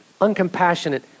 uncompassionate